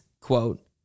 quote